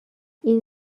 این